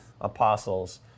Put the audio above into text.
apostles